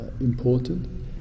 important